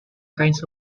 kinds